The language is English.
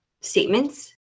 statements